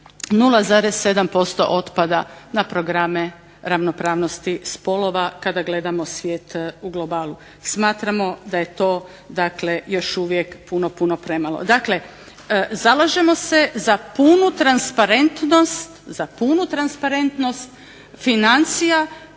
0,7% otpada na programe ravnopravnosti spolova kada gledamo svijet u globalu. Smatramo da je to, dakle još uvijek puno, puno premalo. Dakle, zalažemo se za punu transparentnost financija